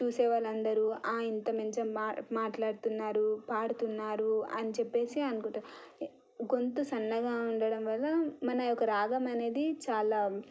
చూసే వాళ్ళందరూ ఇంత మంచిగా మాట్లాడుతున్నారు పాడుతున్నారు అని చెప్పేసి అనుకుంటూ గొంతు సన్నగా ఉండడం వల్ల మన ఒక్క రాగం అనేది చాలా